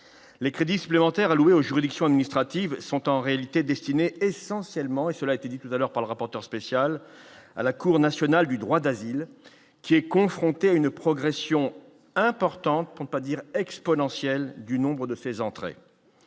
les crédits supplémentaires alloués aux juridictions administratives sont en réalité destinées essentiellement et cela été dit tout à l'heure par le rapporteur spécial à la Cour nationale du droit d'asile, qui est confrontée à une progression importante pour ne pas dire exponentielle du nombre de faire entrer